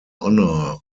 honour